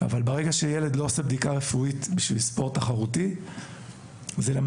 ברגע שילד לא עושה בדיקה רפואית בשביל ספורט תחרותי למעשה,